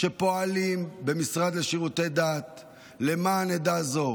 הפועלים במשרד לשירותי דת למען עדה זו,